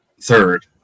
third